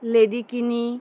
লেডিকেনি